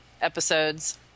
episodes